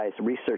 research